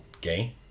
gay